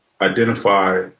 identify